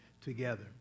together